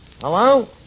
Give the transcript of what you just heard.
Hello